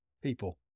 People